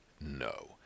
no